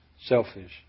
selfish